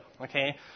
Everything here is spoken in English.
Okay